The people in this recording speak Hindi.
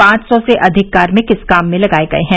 पांच सौ से अधिक कार्मिक इस काम में लगाए गए हैं